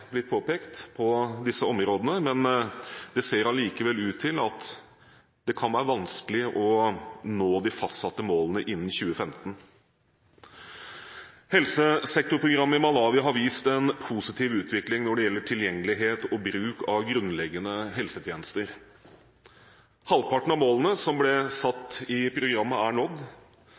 blitt påpekt, men det ser allikevel ut til at det kan være vanskelig å nå de fastsatte målene innen 2015. Helsesektorprogrammet i Malawi har vist en positiv utvikling når det gjelder tilgjengelighet og bruk av grunnleggende helsetjenester. Halvparten av målene som ble satt i programmet, er nådd.